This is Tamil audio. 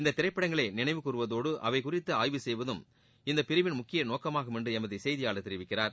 இந்த திரைப்படங்களை நினைவு கூர்வதோடு அவை குறித்து ஆய்வு செய்வதும் இந்த பிரிவின் முக்கிய நோக்கமாகும் என்று எமது செய்தியாளர் தெரிவிக்கிறார்